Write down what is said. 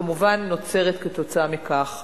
כמובן, נוצרת כתוצאה מכך